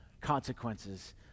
consequences